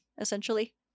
essentially